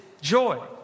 joy